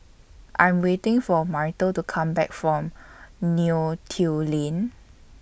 I Am waiting For Myrtle to Come Back from Neo Tiew Lane